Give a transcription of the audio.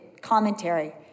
commentary